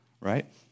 right